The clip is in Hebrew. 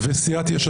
יוליה,